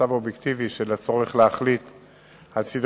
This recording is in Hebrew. אובייקטיבי של הצורך להחליט על סדר